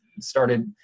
started